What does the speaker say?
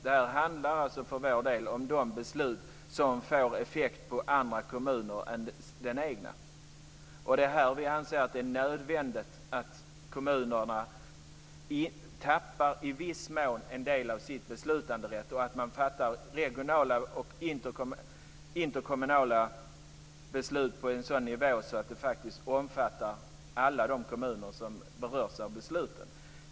Detta handlar för vår del om de beslut som får effekt på andra kommuner än den egna. Det är här vi anser det nödvändigt att kommunerna i viss mån tappar en del av sin beslutanderätt och att man fattar regionala och interkommunala beslut på en sådan nivå att alla kommuner som berörs av besluten faktiskt omfattas.